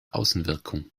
außenwirkung